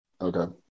Okay